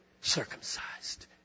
circumcised